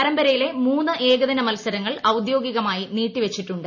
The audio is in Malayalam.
പരുമ്പ്രയിലെ മൂന്ന് ഏകദിന മത്സരങ്ങൾ ഔദ്യോഗികമായി നീട്ടി വെച്ചിട്ടുണ്ട്